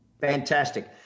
fantastic